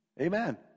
Amen